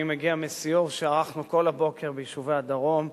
אני מגיע מסיור שערכנו כל הבוקר ביישובי הדרום,